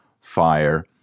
fire